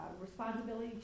responsibility